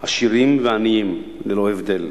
עשירים ועניים ללא ההבדל.